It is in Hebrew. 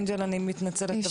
אנג'ל, אני מתנצלת.